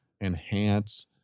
enhance